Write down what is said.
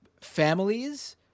families